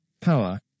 power